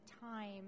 time